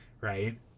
right